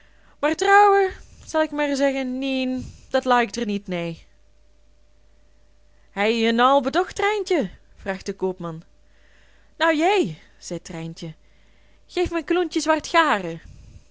trouwen zel ik mær zeggen nien dat laikt er niet nee heije je nou al bedocht trijntje vraagt de koopman nou jæ zeit trijntje geef me een kloentje zwart